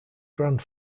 grand